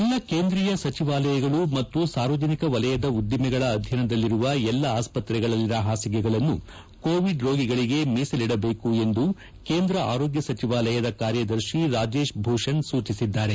ಎಲ್ಲ ಕೇಂದ್ರೀಯ ಸಚಿವಾಲಯಗಳು ಮತ್ತು ಸಾರ್ವಜನಿಕ ವಲಯದ ಉದ್ದಿಮೆಗಳ ಅಧೀನದಲ್ಲಿರುವ ಎಲ್ಲ ಆಸ್ಪತ್ರೆಗಳಲ್ಲಿನ ಹಾಸಿಗೆಗಳನ್ನು ಕೋವಿಡ್ ರೋಗಿಗಳಿಗೆ ಮೀಸಲಿಡಬೇಕು ಎಂದು ಕೇಂದ್ರ ಆರೋಗ್ಯ ಸಚಿವಾಲಯದ ಕಾರ್ಯದರ್ಶಿ ರಾಜೇಶ್ ಭೂಷಣ್ ಸೂಚಿಸಿದ್ದಾರೆ